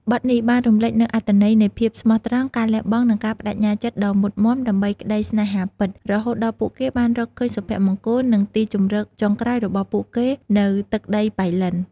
បទនេះបានរំលេចនូវអត្ថន័យនៃភាពស្មោះត្រង់ ការលះបង់ និងការប្តេជ្ញាចិត្តដ៏មុតមាំដើម្បីក្តីស្នេហាពិត រហូតដល់ពួកគេបានរកឃើញសុភមង្គល និងទីជម្រកចុងក្រោយរបស់ពួកគេនៅទឹកដីប៉ៃលិន។